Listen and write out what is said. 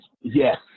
Yes